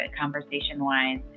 conversation-wise